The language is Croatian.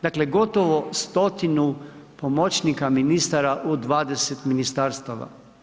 Dakle gotovo stotinu pomoćnika ministara u 20 ministarstava.